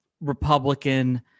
Republican